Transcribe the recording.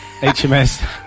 HMS